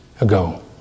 ago